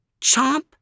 Chomp